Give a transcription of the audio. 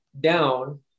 down